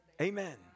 Amen